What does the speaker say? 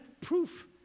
proof